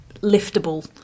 liftable